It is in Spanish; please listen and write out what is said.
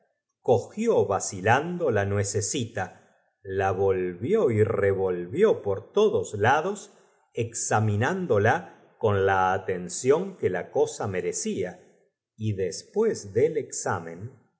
cogió acilando la nuececita la volvió y revolvió or todos lados examinándola con la atención que la cosa merecia y después del examen